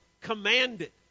commanded